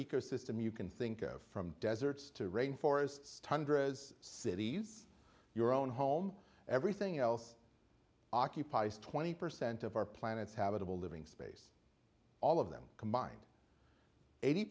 ecosystem you can think of from deserts to rain forests tundras cities your own home everything else occupies twenty percent of our planet's habitable living space all of them combined eighty